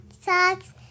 socks